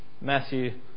Matthew